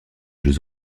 jeux